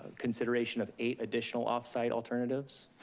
consideration of eight additional offsite alternatives,